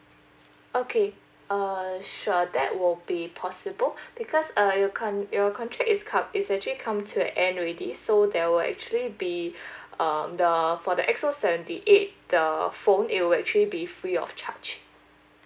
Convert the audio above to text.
okay uh sure that will be possible because uh your con~ your contract is com~ it's actually come to an end already so there will actually be um the for the X_O seventy eight the phone it will actually be free of charge